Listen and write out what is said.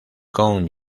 kong